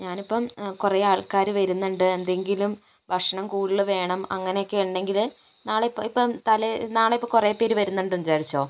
ഞാനിപ്പം കുറേ ആൾകാർ വരുന്നുണ്ട് എന്തെങ്കിലും ഭക്ഷണം കൂടുതൽ വേണം അങ്ങനെയൊക്കെ ഉണ്ടെങ്കിൽ നാളെ ഇപ്പം തലേ നാളെ ഇപ്പം കുറേ പേർ വരുന്നുണ്ടെന്നു വിചാരിച്ചോ